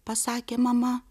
pasakė mama